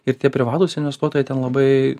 ir tie privatūs investuotojai ten labai